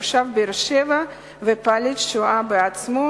תושב באר-שבע ופליט שואה בעצמו,